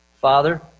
father